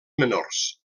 menors